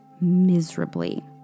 miserably